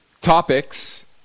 topics